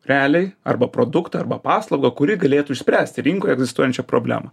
realiai arba produktą arba paslaugą kuri galėtų išspręsti rinkoje egzistuojančią problemą